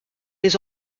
les